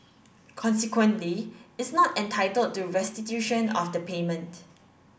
consequently it's not entitled to restitution of the payment